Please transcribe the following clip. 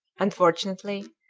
unfortunately,